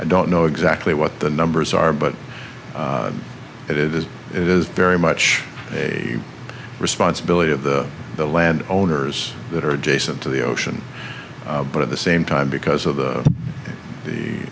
i don't know exactly what the numbers are but it is it is very much a responsibility of the land owners that are adjacent to the ocean but at the same time because of the